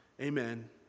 Amen